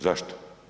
Zašto?